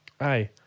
Aye